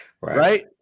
Right